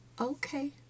Okay